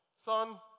son